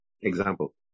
example